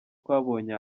twabonye